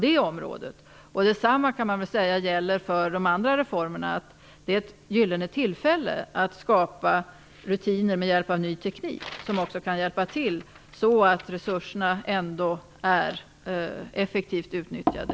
Detsamma kan sägas gälla också för de andra reformerna. Detta är ett gyllene tillfälle att skapa rutiner med hjälp av ny teknik, som också kan bidra till att resurserna blir effektivt utnyttjade.